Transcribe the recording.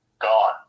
gone